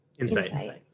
Insight